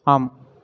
ஆம்